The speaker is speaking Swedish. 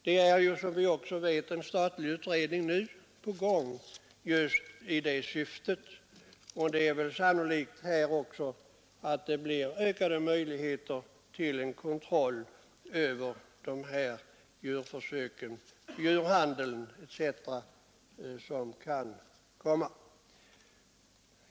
Som bekant arbetar nu också en statlig utredning med den saken, och det är sannolikt att vi så småningom får bättre kontrollmöjligheter när det gäller djurhandeln och djurförsöken. Herr talman!